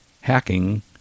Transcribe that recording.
hacking